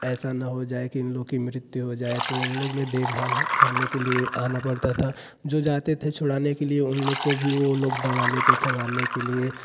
ऐसा न हो जाए कि उन लोगों की मृत्यु हो जाए तो इन लोग में देखभाल करने के लिए आना पड़ता था जो जाते थे छुड़ाने के लिए उन लोगों को भी वह लोग दौड़ा देते थे मारने के लिए